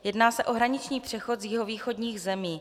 Jedná se o hraniční přechod z jihovýchodních zemí.